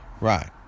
Right